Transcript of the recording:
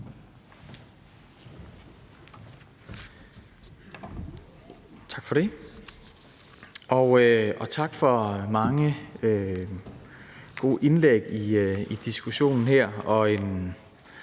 Tak for det. Også tak for mange gode indlæg i diskussionen her